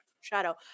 Shadow